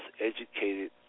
educated